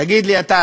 תגיד לי אתה,